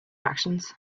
actions